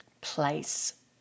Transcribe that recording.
place